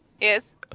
yes